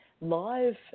live